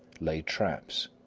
lay traps,